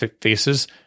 faces